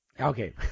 Okay